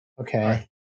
Okay